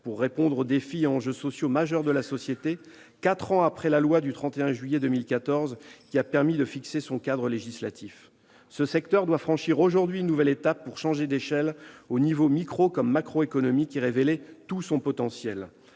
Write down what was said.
pour répondre aux défis et enjeux sociaux majeurs de notre société. Quatre ans après la loi du 31 juillet 2014, qui a permis de fixer son cadre législatif, ce secteur doit franchir une nouvelle étape pour changer d'échelle au niveau microéconomique comme macroéconomique et révéler son potentiel.